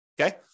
okay